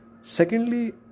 secondly